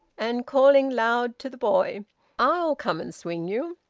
and calling loud to the boy i'll come and swing you.